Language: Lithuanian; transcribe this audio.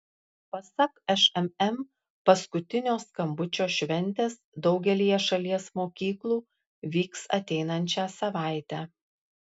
pasak šmm paskutinio skambučio šventės daugelyje šalies mokyklų vyks ateinančią savaitę